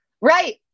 Right